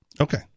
Okay